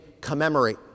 commemorate